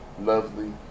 lovely